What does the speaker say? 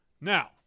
Now